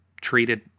treated